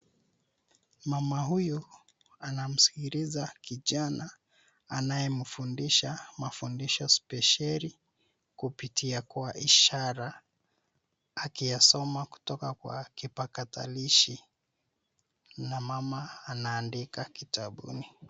Mama huyu anamsikiliza kijani anamfundisha mafundisho sibesheli kupitia kwa ishara akiyasoma kutoka kwa kipatakalishi na mama anaandika kitabuni.